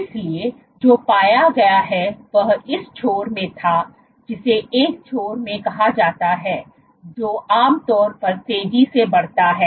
इसलिए जो पाया गया है वह इस छोर में था जिसे एक छोर में कहा जाता है जो आमतौर पर तेजी से बढ़ता है